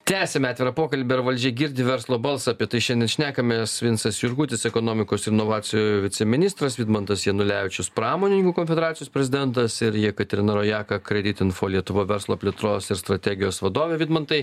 tęsiame atvirą pokalbį ar valdžia girdi verslo balsą apie tai šiandien šnekamės vincas jurgutis ekonomikos ir inovacijų viceministras vidmantas janulevičius pramonininkų konfederacijos prezidentas ir jekaterina rojaka kreditinfo lietuva verslo plėtros ir strategijos vadovė vidmantai